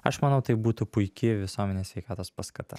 aš manau tai būtų puiki visuomenės sveikatos paskata